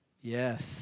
Yes